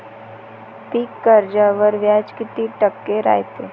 पीक कर्जावर व्याज किती टक्के रायते?